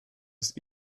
des